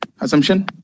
assumption